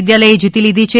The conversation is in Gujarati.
વિદ્યાલયે જીતી લીધી છે